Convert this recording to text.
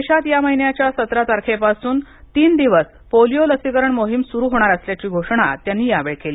देशात या महिन्याच्या सतरा तारखेपासून तीन दिवस पोलिओ लसीकरण मोहीम सुरू होणार असल्याची घोषणा त्यांनी यावेळी आज केली